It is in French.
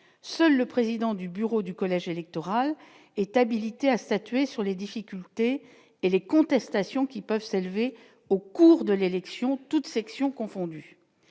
seul le président du bureau du collège électoral est habilité à statuer sur les difficultés et les contestations qui peuvent s'élever au cours de l'élection, toutes sections confondues,